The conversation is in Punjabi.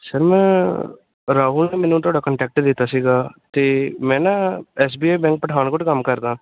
ਸਰ ਮੈਂ ਰਾਹੁਲ ਨੇ ਮੈਨੂੰ ਤੁਹਾਡਾ ਕੰਟੈਕਟ ਦਿੱਤਾ ਸੀਗਾ ਅਤੇ ਮੈਂ ਨਾ S B I bank Pathankot ਕੰਮ ਕਰਦਾ